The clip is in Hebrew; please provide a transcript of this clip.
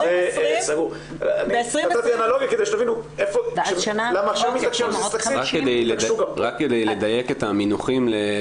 כדי שתבינו למה מתעקשים על בסיס תקציב --- רק לדייק את המינוחים,